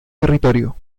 territorio